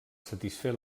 satisfer